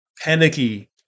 panicky